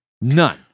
None